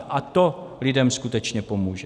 A to lidem skutečně pomůže.